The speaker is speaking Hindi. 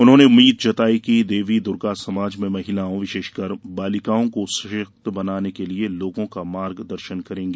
उन्होंने उम्मीद जताई कि देवी दुर्गा समाज में महिलाओं विशेषकर बालिकाओं को सशक्त बनाने के लिए लोगों का मार्ग दर्शन करेंगी